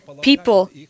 people